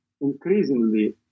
increasingly